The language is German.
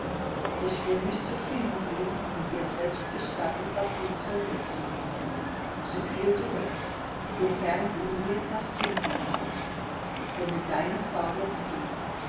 ich will mich zufrieden geben und dir selbst gestatten rapunzeln mitzunehmen so viel du willst wofern du mir das kind geben wirst womit deine frau jetzo geht